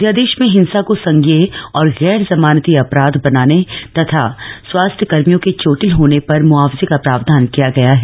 अध्यादेश में हिंसा को संजेय और गैर जमानती अपराध बनाने तथा स्वास्थ्यकर्मियों के चोटिल होने पर मुआवजे का प्रावधान किया गया है